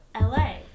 LA